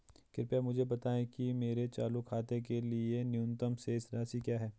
कृपया मुझे बताएं कि मेरे चालू खाते के लिए न्यूनतम शेष राशि क्या है?